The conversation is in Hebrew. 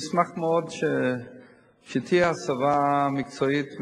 אשמח מאוד שתהיה הסבה מקצועית.